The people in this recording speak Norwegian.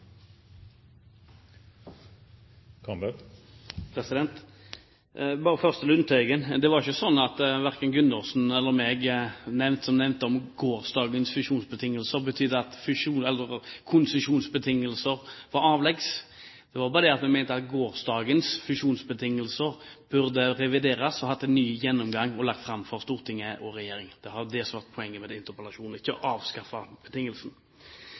Bare først til Lundteigen: Det var ikke slik at det Gundersen eller jeg nevnte om gårsdagens konsesjonsbetingelser, betydde at de var avleggs. Vi mente bare at gårsdagens konsesjonsbetingelser burde vært revidert, fått en ny gjennomgang og vært lagt fram for storting og regjering. Det var det som var poenget med interpellasjonen, ikke å avskaffe